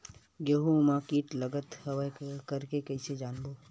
गेहूं म कीट लगत हवय करके कइसे जानबो?